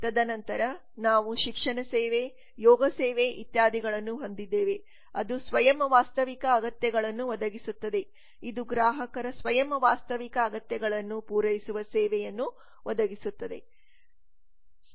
ತದನಂತರ ನಾವು ಶಿಕ್ಷಣ ಸೇವೆ ಯೋಗ ಸೇವೆ ಇತ್ಯಾದಿಗಳನ್ನು ಹೊಂದಿದ್ದೇವೆ ಅದು ಸ್ವಯಂ ವಾಸ್ತವಿಕ ಅಗತ್ಯಗಳನ್ನು ಒದಗಿಸುತ್ತದೆ ಇದು ಗ್ರಾಹಕರ ಸ್ವಯಂ ವಾಸ್ತವಿಕ ಅಗತ್ಯಗಳನ್ನು ಪೂರೈಸುವ ಸೇವೆಯನ್ನು ಒದಗಿಸುತ್ತದೆ